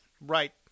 Right